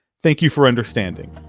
thank you for understanding.